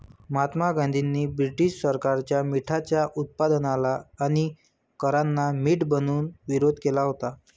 महात्मा गांधींनी ब्रिटीश सरकारच्या मिठाच्या उत्पादनाला आणि करांना मीठ बनवून विरोध केला होता